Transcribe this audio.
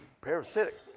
parasitic